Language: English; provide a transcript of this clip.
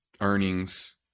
earnings